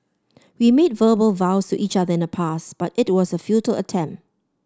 we made verbal vows to each other in the past but it was a futile attempt